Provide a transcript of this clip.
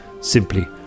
simply